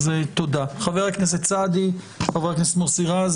חה"כ סעדי, בבקשה.